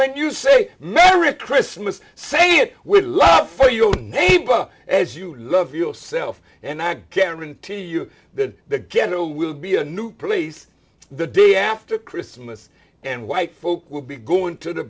when you say merry christmas say it with love for your neighbor as you love yourself and i guarantee you that the ghetto will be a new police the day after christmas and white folk will be going to the